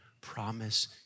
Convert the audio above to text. promise